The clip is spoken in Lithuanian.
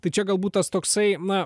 tai čia galbūt tas toksai na